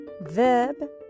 verb